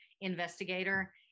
investigator